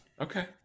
Okay